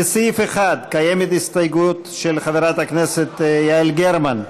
לסעיף 1 קיימת הסתייגות של חברת הכנסת יעל גרמן.